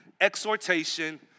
Exhortation